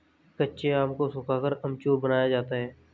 कच्चे आम को सुखाकर अमचूर बनाया जाता है